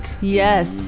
Yes